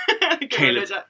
Caleb